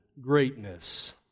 greatness